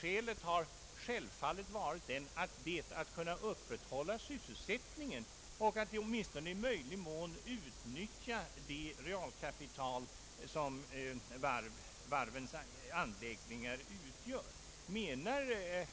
Skälet har självfallet varit att de velat upprätthålla sysselsättningen och åtminstone i möjlig mån utnyttja det realkapital som anläggningarna utgör. Anser